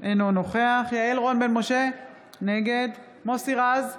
אינו נוכח יעל רון בן משה, נגד מוסי רז,